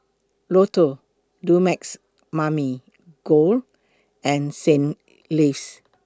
Lotto Dumex Mamil Gold and Saint Ives